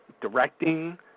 directing